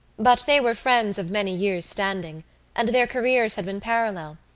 but they were friends of many years' standing and their careers had been parallel,